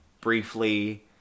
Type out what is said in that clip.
briefly